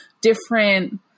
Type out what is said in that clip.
different